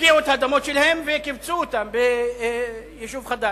הפקיעו את האדמות שלהם וקיבצו אותם ביישוב חדש,